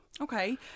okay